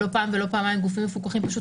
לא פעם ולא פעמיים גופים מפוקחים פשוט